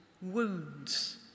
wounds